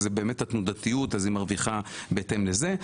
זה באמת התנודתיות אז היא מרוויחה בהתאם לזה,